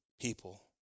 people